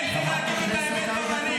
כן, צריך להגיד את האמת בפנים.